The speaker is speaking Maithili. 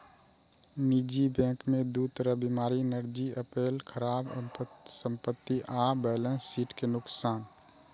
निजी बैंक मे दू तरह बीमारी नजरि अयलै, खराब संपत्ति आ बैलेंस शीट के नुकसान